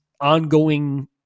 ongoing